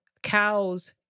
Cows